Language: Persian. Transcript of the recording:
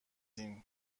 این